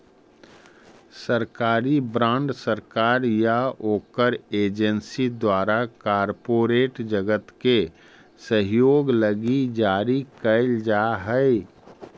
सरकारी बॉन्ड सरकार या ओकर एजेंसी द्वारा कॉरपोरेट जगत के सहयोग लगी जारी कैल जा हई